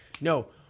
No